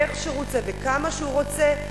איך שהוא רוצה וכמה שהוא רוצה,